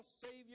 Savior